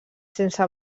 sense